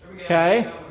okay